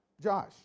Josh